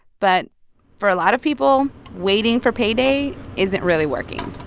but for a lot of people, waiting for pay day isn't really working